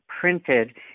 printed